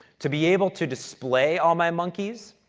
to be able to display all my monkeys,